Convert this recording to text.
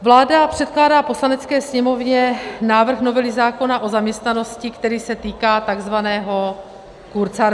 Vláda předkládá Poslanecké sněmovně návrh novely zákona o zaměstnanosti, který se týká tzv. kurzarbeitu.